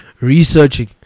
researching